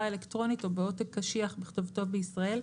אלקטרונית או בעותק קשיח בכתובתו בישראל,